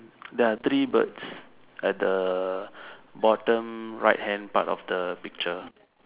there are three birds at the bottom right hand part of the picture